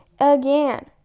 again